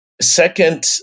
Second